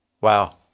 Wow